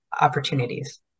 opportunities